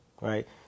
right